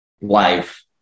life